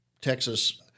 Texas